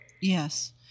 Yes